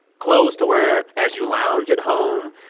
clothes to wear as you lounge at home.